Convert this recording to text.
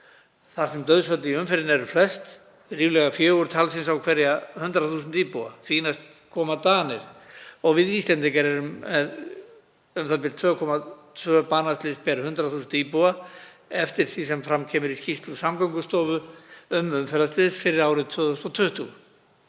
þar sem dauðsföll í umferðinni eru flest, ríflega fjögur talsins á hverja 100.000 íbúa. Því næst koma Danir og við Íslendingar erum með u.þ.b. 2,2 banaslys á hverja 100.000 íbúa, eftir því sem fram kemur í skýrslu Samgöngustofu um umferðarslys fyrir árið 2020.